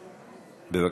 בבקשה.